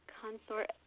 consort